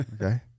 Okay